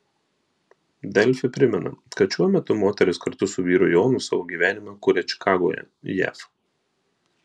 delfi primena kad šiuo metu moteris kartu su vyru jonu savo gyvenimą kuria čikagoje jav